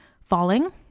falling